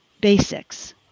basics